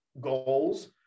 goals